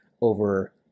over